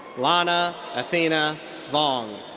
lana athena vong.